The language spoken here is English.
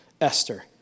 Esther